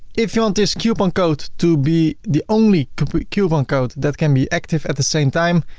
if you want this coupon code to be the only coupon coupon code that can be active at the same time,